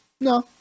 No